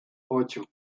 ocho